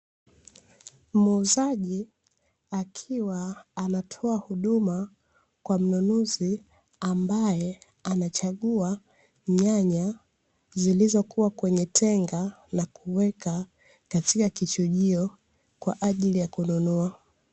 Muuzaji akiwa anatoa huduma kwa mnunuzi ambaye anachagua nyanya, zilizokua kwenye tenga na kuweka katika kichujio kwa ajili ya kununua.